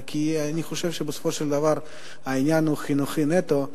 כי אני חושב שבסופו של דבר העניין הוא חינוכי נטו,